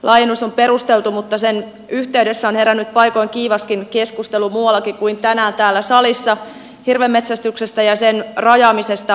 laajennus on perusteltu mutta sen yhteydessä on herännyt paikoin kiivaskin keskustelu muuallakin kuin tänään täällä salissa hirvenmetsästyksestä ja sen rajaamisesta kansallispuistoalueella